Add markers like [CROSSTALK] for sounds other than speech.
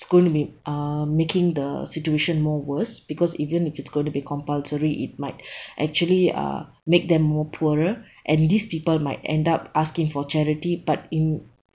is going to be uh making the situation more worse because even if it's going to be compulsory it might [BREATH] actually uh make them more poorer and these people might end up asking for charity but in